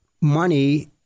money